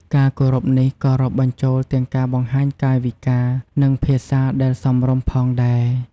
ការគោរពនេះក៏រាប់បញ្ចូលទាំងការបង្ហាញកាយវិការ និងភាសាដែលសមរម្យផងដែរ។